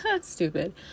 Stupid